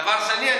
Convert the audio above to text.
דבר שני,